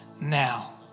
now